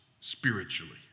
spiritually